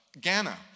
Ghana